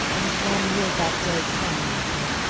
and when will that day come, michael,